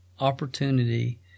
opportunity